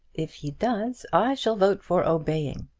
if he does i shall vote for obeying.